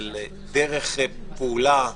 של דרך פעולה.